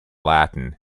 latin